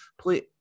please